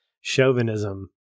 chauvinism